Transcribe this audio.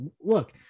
Look